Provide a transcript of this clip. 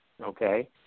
okay